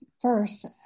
first